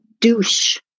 douche